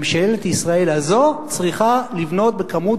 ממשלת ישראל הזאת צריכה לבנות בכמות